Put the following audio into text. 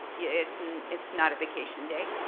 yeah it's it's not a vacation day.